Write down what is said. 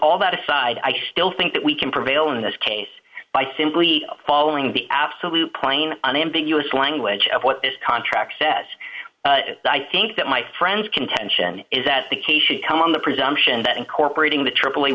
all that aside i still think that we can prevail in this case by simply following the absolute plain unambiguous language of what this contract says i think that my friends contention is that the case should come on the presumption that incorporating the tripoli